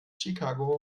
chicago